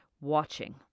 watching